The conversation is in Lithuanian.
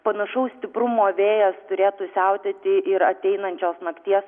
panašaus stiprumo vėjas turėtų siautėti ir ateinančios nakties